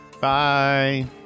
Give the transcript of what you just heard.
Bye